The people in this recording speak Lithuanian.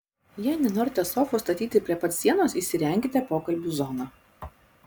jei nenorite sofos statyti prie pat sienos įsirenkite pokalbių zoną